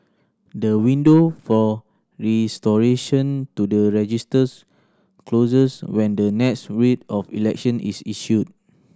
the window for restoration to the registers closes when the next Writ of Election is issued